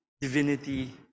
divinity